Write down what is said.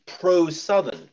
pro-Southern